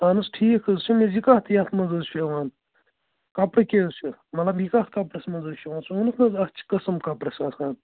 اَہَن حظ ٹھیٖک حظ چھِ یہِ کَتھ یَتھ منٛز حظ چھِ یِوان کَپُر کیٛاہ حظ چھِ مطلب یہِ کَتھ کَپرَس منٛز حظ چھُ یِوان ژےٚ ووٚنُتھ نہَ حظ اَتھ چھِ قٕسٕم کَپرَس آسان